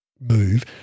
move